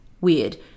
weird